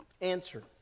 answer